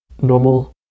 normal